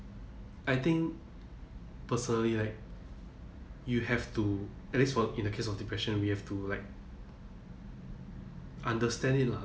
I think personally like you have to at least for in the case of depression we have to like understand it lah